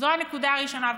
זו הנקודה הראשונה.